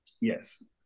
Yes